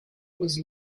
was